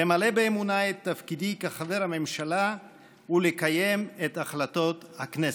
למלא באמונה את תפקידי כחבר בממשלה ולקיים את החלטות הכנסת.